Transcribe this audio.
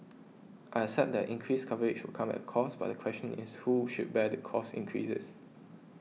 I accept that increased coverage will come at cost but the question is who should bear the cost increases